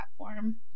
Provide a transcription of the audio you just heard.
platform